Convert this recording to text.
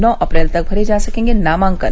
नौ अप्रैल तक भरे जा सकेंगे नामांकन